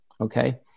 okay